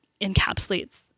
encapsulates